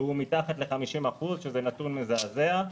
הוא מתחת 50%, שזה נתון מזעזע.